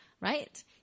Right